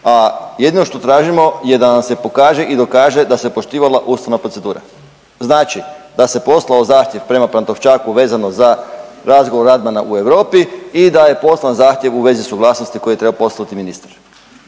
a jedino što tražimo da nam se pokaže i dokaže da se poštivala ustavna procedura. Znači da se poslao zahtjev prema Pantovčaku vezano za razgovor Radmana u Europi i da je poslan zahtjev u vezi suglasnosti koje je trebao poslati ministar,